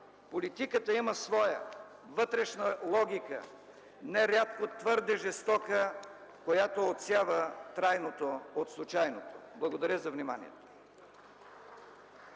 Политиката има своя вътрешна логика, не рядко твърде жестока, която отсява трайното от случайното. Благодаря за вниманието.